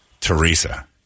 Teresa